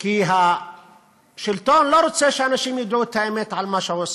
כי השלטון לא רוצה שאנשים ידעו את האמת על מה שהוא עושה: